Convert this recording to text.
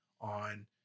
on